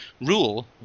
rule